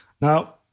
Now